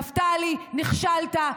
נפתלי, נכשלת.